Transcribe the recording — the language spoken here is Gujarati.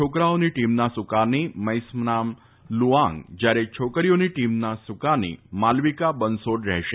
છોકરાઓની ટીમના સુકાની મૈસનામ લુઆંગ જ્યારે છોકરીઓની ટીમની સુકાની માલવીકા બનસોડ રહેશે